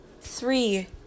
three